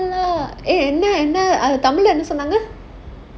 personal lah eh என்ன என்ன:enna enna ah tamil leh என்ன சொன்னாங்க:enna sonnaanga